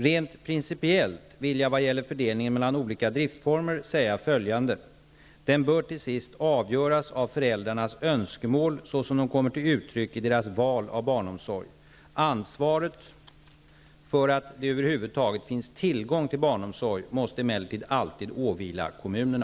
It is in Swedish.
Rent principiellt vill jag vad gäller fördelningen mellan olika driftformer säga följande. Den bör till sist avgöras av föräldrarnas önskemåml såsom de kommer till uttryck i deras val av barnomsorg. Ansvaret för att det över huvud taget finns tillgång till barnomsorg måste emellertid åvila kommunerna.